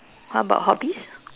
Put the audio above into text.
how about hobbies